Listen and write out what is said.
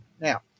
Now